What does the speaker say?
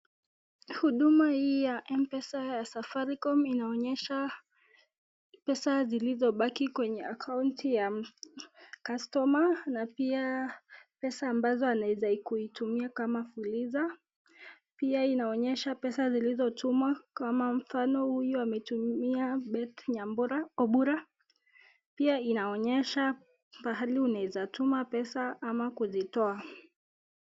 Huduma hii ya Mpesa ya Safaricom inaonyesha pesa zilizobaki kwenye akaunti ya customer na pia pesa anaweza kutumia kama fuliza pia inaonyesha pesa zilizotumwa kama mfano huyu ametumia Beth Nyambura Obura, pia inaonyesha pahali unaeza tuma pesa ama kuzitoa.